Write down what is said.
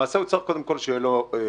למעשה הוא צריך קודם כל שיהיה לו רישוי